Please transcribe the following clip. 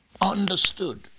understood